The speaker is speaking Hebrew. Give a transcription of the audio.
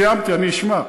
סיימתי, אני אשמע.